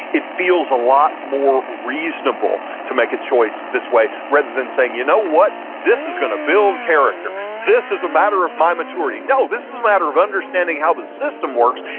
it feels a lot more reasonable to make a choice this way, rather than saying, you know what, this is going to build character. this is a matter of my maturity no. this is a matter of understanding how the system works,